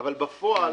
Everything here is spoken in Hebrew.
אבל בפועל